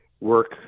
work